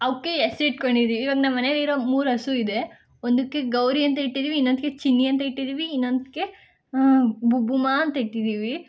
ಅವಕ್ಕೆ ಹೆಸ್ರ್ ಇಟ್ಕೊಂಡಿದ್ದೀವಿ ಇವಾಗ ನಮ್ಮ ಮನೇಲಿರೋ ಮೂರು ಹಸು ಇದೆ ಒಂದಕ್ಕೆ ಗೌರಿ ಅಂತ ಇಟ್ಟಿದ್ದೀವಿ ಇನ್ನೊಂದಕ್ಕೆ ಚಿನ್ನಿ ಅಂತ ಇಟ್ಟಿದ್ದೀವಿ ಇನ್ನೊಂದಕ್ಕೆ ಬುಬ್ಬುಮ್ಮಾ ಅಂತ ಇಟ್ಟಿದ್ದೀವಿ